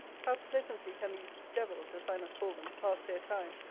how pleasantly can these devils, as i must call them, pass their time,